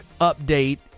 update